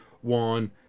one